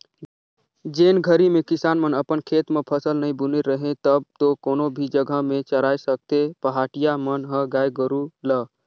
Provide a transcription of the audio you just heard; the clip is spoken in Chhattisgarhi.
जेन घरी में किसान मन अपन खेत म फसल नइ बुने रहें तब तो कोनो भी जघा में चराय सकथें पहाटिया मन ह गाय गोरु ल